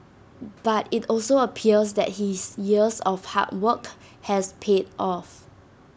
but IT also appears that his years of hard work has paid off